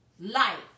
Life